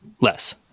Less